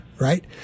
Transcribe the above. right